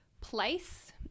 place